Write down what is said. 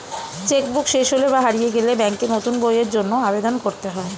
check book শেষ হলে বা হারিয়ে গেলে ব্যাঙ্কে নতুন বইয়ের জন্য আবেদন করতে হয়